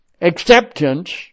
acceptance